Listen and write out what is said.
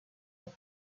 voix